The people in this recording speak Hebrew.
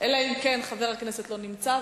אלא אם כן חבר הכנסת לא נמצא,